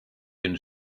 can